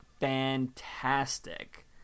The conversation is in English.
fantastic